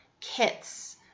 kits